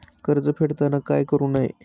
कर्ज फेडताना काय करु नये?